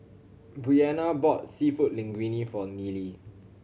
Briana bought Seafood Linguine for Nealie